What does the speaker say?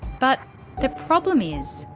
but the problem is,